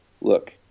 look